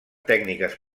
tècniques